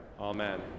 Amen